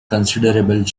considerable